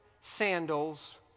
sandals